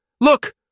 Look